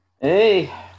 Hey